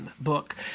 book